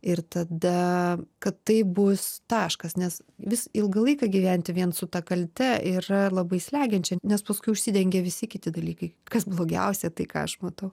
ir tada kad tai bus taškas nes vis ilgą laiką gyventi vien su ta kalte yra labai slegiančiai nes paskui užsidengia visi kiti dalykai kas blogiausia tai ką aš matau